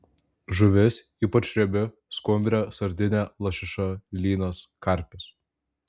žuvis ypač riebi skumbrė sardinė lašiša lynas karpis